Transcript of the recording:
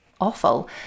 awful